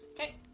Okay